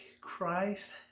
christ